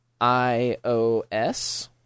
IOS